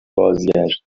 بازگشت